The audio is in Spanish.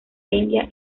india